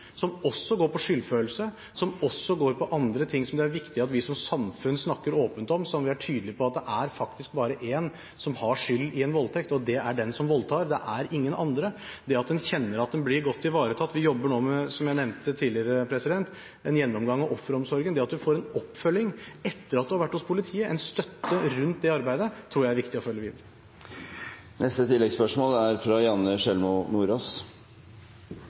som også går på skyldfølelse, som også går på andre ting som det er viktig at vi som samfunn snakker åpent om, som at vi er tydelige på at det faktisk er bare én som har skyld i en voldtekt, og det er den som voldtar – det er ingen andre. Også dette at en kjenner at en blir godt ivaretatt. Vi jobber nå med, som jeg nevnte tidligere, en gjennomgang av offeromsorgen – det at du får en oppfølging etter at du har vært hos politiet. En støtte rundt det arbeidet, tror jeg det er viktig å følge opp videre.